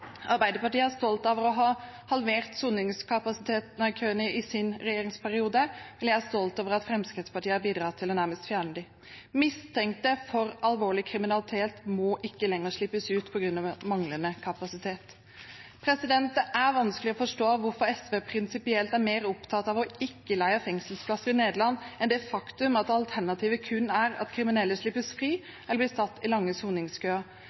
Arbeiderpartiet er stolt over å ha halvert soningskøene i sin regjeringsperiode. Jeg er stolt over at Fremskrittspartiet har bidratt til nærmest å fjerne dem. Mistenkte for alvorlig kriminalitet må ikke lenger slippes ut på grunn av manglende kapasitet. Det er vanskelig å forstå hvorfor SV prinsipielt er mer opptatt av ikke å leie fengselsplasser i Nederland enn av det faktum at alternativet kun er at kriminelle slippes fri, eller blir satt i lange soningskøer.